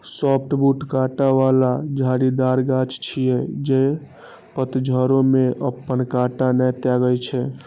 softwood कांट बला झाड़ीदार गाछ छियै, जे पतझड़ो मे अपन कांट नै त्यागै छै